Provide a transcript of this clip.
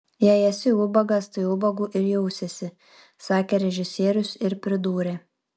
jei esi ubagas tai ubagu ir jausiesi sakė režisierius ir pridūrė